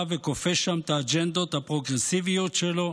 וכופה שם את האג'נדות הפרוגרסיביות שלו?